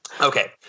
Okay